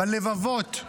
בלבבות,